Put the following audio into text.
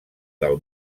del